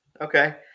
okay